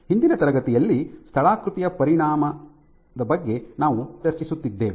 ಹಿಂದಿನ ತರಗತಿಯಲ್ಲಿ ಸ್ಥಳಾಕೃತಿಯ ಪರಿಣಾಮದ ಬಗ್ಗೆ ನಾವು ಚರ್ಚಿಸುತ್ತಿದ್ದೇವೆ